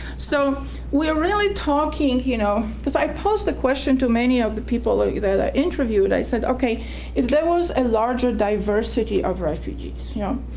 so we're really talking you know because i post a question to many of the people like that i interviewed. i said okay if there was a larger diversity of refugees, you know,